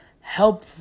help